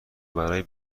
برای